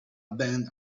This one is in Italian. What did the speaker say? band